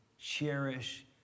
Cherish